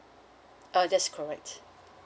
uh that's correct